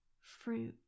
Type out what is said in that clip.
fruit